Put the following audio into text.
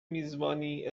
میزبانی